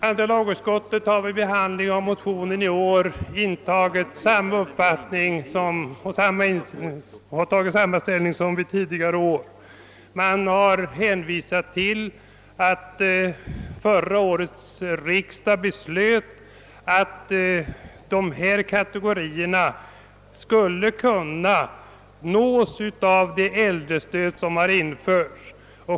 Andra lagutskottet har vid behandlingen av motionen i år intagit samma ställning som tidigare år. Man har hänvisat till att förra årets riksdag beslöt att ifrågavarande kategori skulle kunna omfattas av det äldrestöd som har införts.